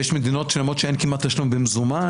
יש מדינות שלמות שבהן אין כמעט תשלום במזומן.